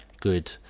good